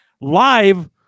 Live